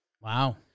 Wow